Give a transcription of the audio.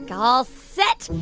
all set.